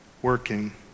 working